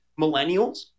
millennials